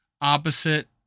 opposite